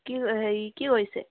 কি হেৰি কি কৰিছে